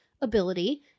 ability